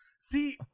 See